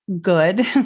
good